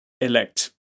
elect